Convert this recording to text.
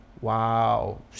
wow